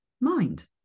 mind